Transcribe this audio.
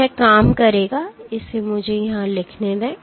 तो यह काम करेगा इसे मुझे यहाँ लिखने दे